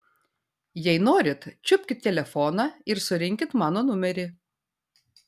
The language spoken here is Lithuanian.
jei norit čiupkit telefoną ir surinkit mano numerį